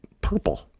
purple